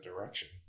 direction